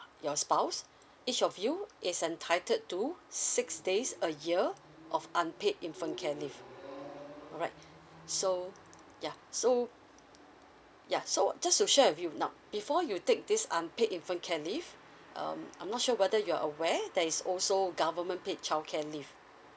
your spouse each of you is entitled to six days a year of unpaid infant care leave alright so ya so ya so just to share with you now before you take this unpaid infant care leave um I'm not sure whether you're aware that is also government paid childcare leave